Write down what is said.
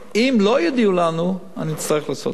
אם לא יודיעו לנו, אני אצטרך לעשות סנקציות.